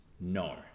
No